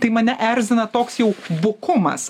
tai mane erzina toks jau bukumas